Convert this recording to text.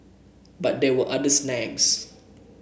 but there were other snags